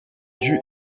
due